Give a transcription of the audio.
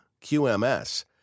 QMS